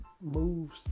moves